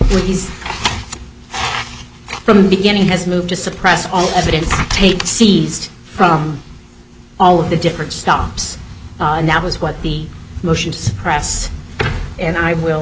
these from the beginning has moved to suppress all evidence tapes seized from all of the different stops and that was what the motions press and i will